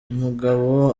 umugabo